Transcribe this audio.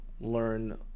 learn